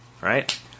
right